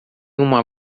uma